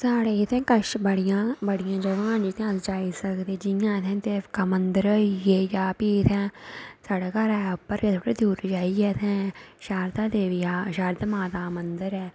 साढ़े ते कश बड़ियां बड़ियां जगह न जित्थै अस जाई सकदे जियां इत्थै देवका मंदर होई गे जां फ्ही साढ़ै घरा उप्पर गै थोह्ड़ी दूर जाइयै इत्थै शारदा देवी शारदा माता दा मंदर ऐ